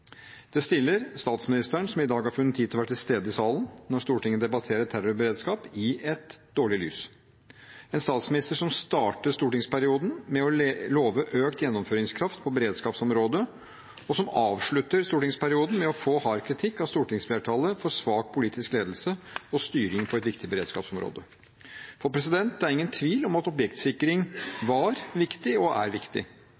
Det stiller statsministeren, som i dag har funnet tid til å være til stede i salen når Stortinget debatterer terrorberedskap, i et dårlig lys. En statsminister som startet stortingsperioden med å love økt gjennomføringskraft på beredskapsområdet, og som avslutter stortingsperioden med å få hard kritikk av stortingsflertallet for svak politisk ledelse og styring på et viktig beredskapsområde. Det er ingen tvil om at